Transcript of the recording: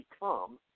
become